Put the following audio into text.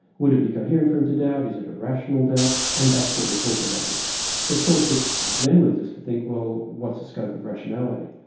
would it be coherent for him to doubt, is it a rational doubt, and that's what we're talking about here. so of course which then leads us to think well, what's the scope of rationality?